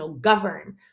govern